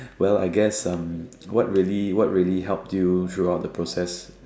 well I guess um what really what really helped you throughout the process